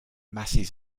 masses